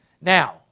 Now